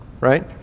Right